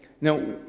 Now